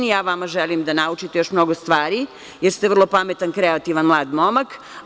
Ja vama želim da naučite još mnogo stvari, jer ste vrlo pametan, kreativan mlad momak.